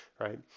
right